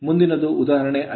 ಮುಂದಿನದು ಉದಾಹರಣೆ 5